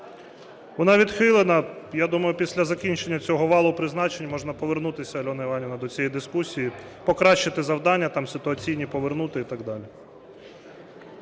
Вона відхилена. Я думаю, після закінчення цього валу призначень можна повернутись, Альона Іванівна, до цієї дискусії. Покращити завдання там ситуаційні, повернути і так далі.